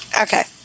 okay